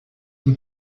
die